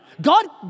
God